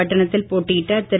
பட்டினத்தில் போட்டியிட்ட திரு